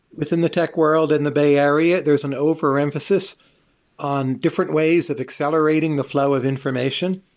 within the tech world and the bay area, there's an overemphasis on different ways of accelerating the flow of information,